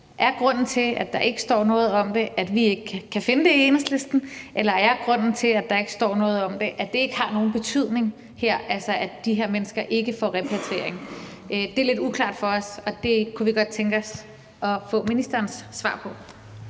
er grunden til, at vi i Enhedslisten ikke kan finde det, at der ikke står noget om det? Eller er grunden til, at der ikke står noget om det, at det ikke har nogen betydning her, altså at de her mennesker ikke får repatriering? Det er lidt uklart for os, og det kunne vi godt tænke os at få ministerens svar på.